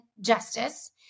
Justice